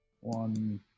one